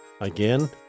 Again